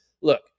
look